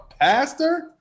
pastor